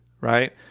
right